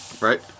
right